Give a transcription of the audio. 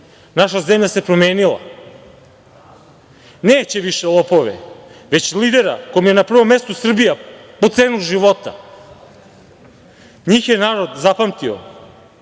naša zemlja se promenila, neće više lopove, već lidera kome je na prvom mestu Srbija po cenu života. Njih je narod zapamtio